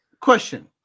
question